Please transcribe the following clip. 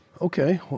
Okay